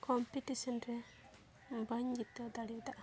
competition ᱨᱮ ᱵᱟᱹᱧ ᱡᱤᱛᱟᱹᱣ ᱫᱟᱲᱮᱭᱟᱜᱼᱟ